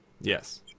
Yes